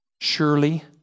surely